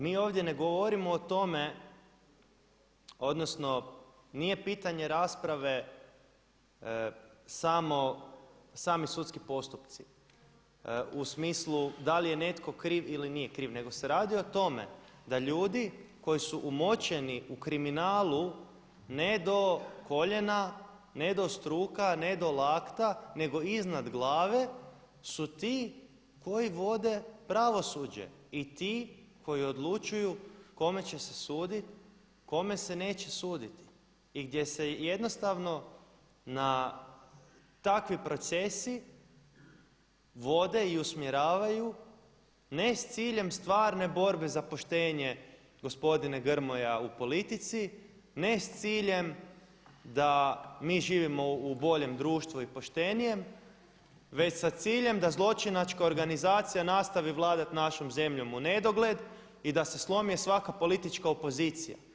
Mi ovdje ne govorimo o tome odnosno nije pitanje rasprave sami sudski postupci u smislu da li je netko kriv ili nije kriv, nego se radi o tome da ljudi koji su umočeni u kriminalu ne do koljena, ne do struka, ne do lakta, nego iznad glave su ti koji vode pravosuđe i ti koji odlučuju kome će se suditi, kome se neće suditi i gdje se jednostavno takvi procesi vode i usmjeravaju ne s ciljem stvarne borbe za poštenje gospodine Grmoja u politici, ne s ciljem da mi živimo u boljem društvu i poštenijem, već sa ciljem da za zločinačka organizacija nastavi vladati našom zemljom u nedogled i da se slomi svaka politička opozicija.